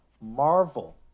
Marvel